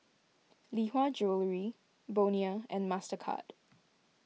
Lee Hwa Jewellery Bonia and Mastercard